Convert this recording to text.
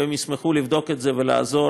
והם ישמחו לבדוק את זה ולעזור